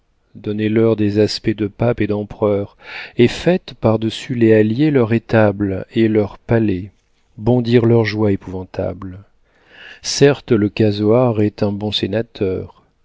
donnez-leur des aspects de pape et d'empereur et faites par-dessus les halliers leur étable et leur palais bondir leur joie épouvantable certes le casoar est un bon sénateur